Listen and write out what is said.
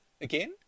again